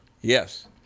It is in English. Yes